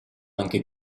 anche